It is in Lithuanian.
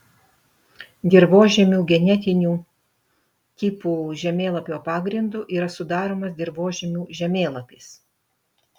dirvožemių genetinių tipų žemėlapio pagrindu yra sudaromas dirvožemių žemėlapis